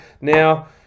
Now